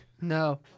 No